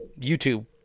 YouTube